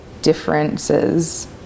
Differences